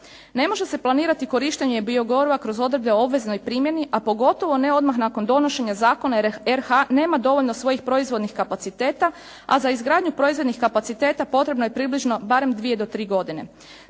Ne može se planirati korištenje biogoriva kroz odredbe obveznoj primjeni, a pogotovo ne odmah nakon donošenja zakona jer RH nema dovoljno svojih proizvodnih kapaciteta, a za izgradnju proizvodnih kapaciteta potrebno je približno barem dvije do tri godine.